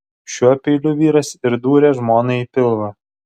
šiuo peiliu vyras ir dūrė žmonai į pilvą